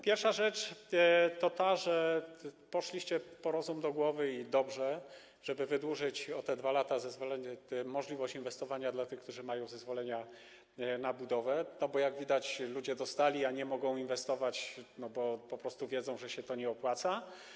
Pierwsza rzecz: poszliście po rozum do głowy - i dobrze - żeby wydłużyć o 2 lata zezwolenie, możliwość inwestowania dla tych, którzy mają zezwolenia na budowę, bo jak widać, ludzie dostali, a nie mogą inwestować, bo po prostu wiedzą, że to się nie opłaca.